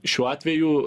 šiuo atveju